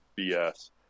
BS